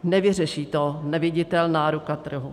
Nevyřeší to neviditelná ruka trhu.